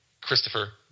Christopher